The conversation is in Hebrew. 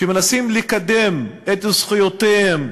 שמנסים לקדם את זכויותיהן,